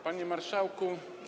Panie Marszałku!